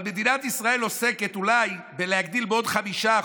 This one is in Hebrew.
אבל מדינת ישראל אולי עוסקת בלהגדיל בעוד 5%,